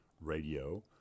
radio